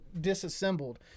disassembled